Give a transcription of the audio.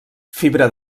fibra